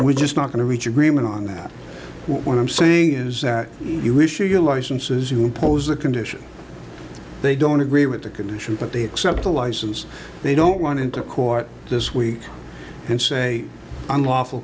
we're just not going to reach agreement on that what i'm saying is that you wish you licenses you impose a condition they don't agree with the condition but they accept the license they don't want into court this week and say unlawful